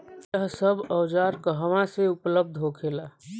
यह सब औजार कहवा से उपलब्ध होखेला?